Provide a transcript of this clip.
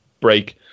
break